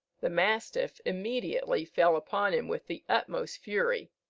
the mastiff immediately fell upon him with the utmost fury,